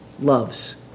loves